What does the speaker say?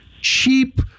cheap